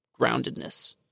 groundedness